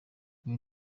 uyu